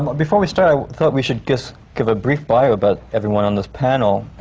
but before we start, i thought we should just give a brief bio about everyone on this panel.